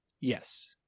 Yes